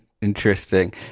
Interesting